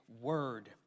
word